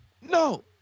No